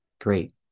great